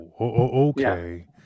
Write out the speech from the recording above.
okay